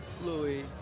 Louis